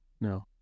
No